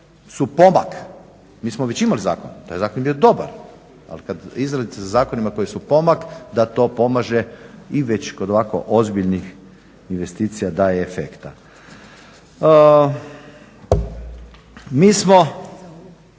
su pomak, mi smo već imali zakon, taj zakon je bio dobar, ali kad izlazite sa zakonima koji su pomak da to pomaže i već kod ovako ozbiljnih investicija, daje efekta. Mi smo